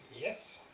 Yes